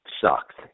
sucked